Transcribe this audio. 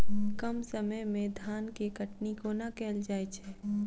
कम समय मे धान केँ कटनी कोना कैल जाय छै?